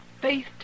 faith